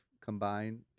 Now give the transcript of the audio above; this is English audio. combine